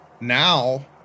now